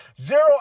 Zero